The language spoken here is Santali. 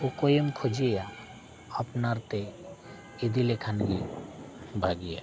ᱚᱠᱚᱭᱮᱢ ᱠᱷᱚᱡᱮᱭᱟ ᱟᱯᱱᱟᱨ ᱛᱮ ᱤᱫᱤ ᱞᱮᱠᱷᱟᱱ ᱜᱮ ᱵᱷᱟᱹᱜᱤᱭᱟ